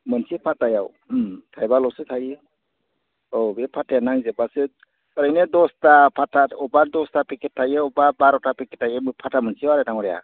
मोनसे पात्तायाव थाइबाल'सो थायो औ बे पात्ताया नांजोबब्लासो ओरैनो दसथा पात्ता अबा दसथा पेकेट थायो अबा बार'था पेकेट थायो पात्ता मोनसेयाव आरो दाङ'रिया